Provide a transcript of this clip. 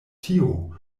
tio